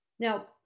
Now